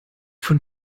von